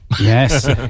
Yes